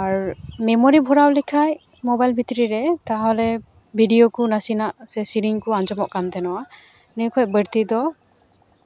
ᱟᱨ memory ᱵᱷᱚᱨᱟᱣ ᱞᱮᱠᱷᱟᱡ mobile ᱵᱷᱤᱛᱨᱤ ᱨᱮ ᱛᱟᱦᱚᱞᱮ ᱵᱷᱤᱰᱤᱭᱳ ᱠᱚ ᱱᱟᱥᱮᱭᱟᱜ ᱥᱮ ᱥᱮᱨᱮᱧ ᱠᱚ ᱟᱸᱡᱚᱢᱚᱜ ᱠᱟᱱ ᱛᱟᱦᱮᱱᱟ ᱱᱤᱭᱟᱹᱠᱷᱚᱡ ᱵᱟᱹᱲᱛᱤ ᱫᱚ